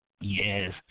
Yes